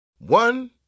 One